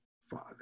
father